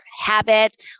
habit